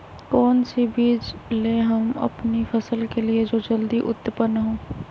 कौन सी बीज ले हम अपनी फसल के लिए जो जल्दी उत्पन हो?